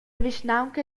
vischnaunca